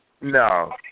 No